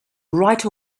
right